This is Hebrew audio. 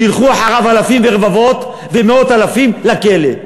כי ילכו אחריו אלפים ורבבות ומאות-אלפים לכלא.